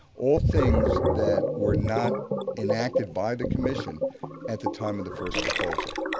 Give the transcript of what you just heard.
all things that were not enacted by the commission at the time of the first proposal.